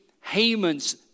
Haman's